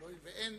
אבל הואיל ואין,